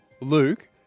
Luke